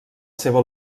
seva